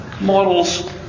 models